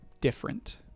different